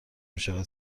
میشود